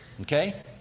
Okay